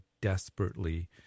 desperately